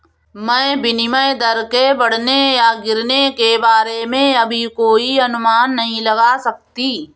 मैं विनिमय दर के बढ़ने या गिरने के बारे में अभी कोई अनुमान नहीं लगा सकती